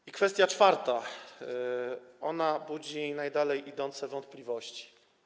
I kwestia czwarta, która budzi najdalej idące wątpliwości.